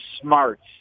smarts